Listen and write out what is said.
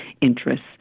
interests